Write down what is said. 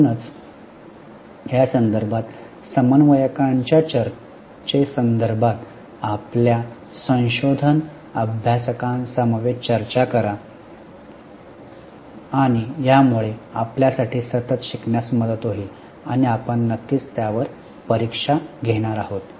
म्हणूनच यासंदर्भात समवयस्कांच्या चर्चे संदर्भात आपल्या संशोधन अभ्यासकांसमवेत चर्चा करा आणि यामुळे आपल्यासाठी सतत शिकण्यास मदत होईल आणि आपण नक्कीच त्यावर परीक्षा घेणार आहोत